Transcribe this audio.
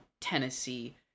Tennessee